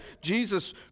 Jesus